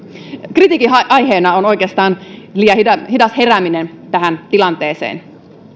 kritiikin aiheena on oikeastaan liian hidas hidas herääminen tähän tilanteeseen